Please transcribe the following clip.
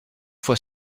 fois